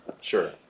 Sure